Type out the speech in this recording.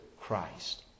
Christ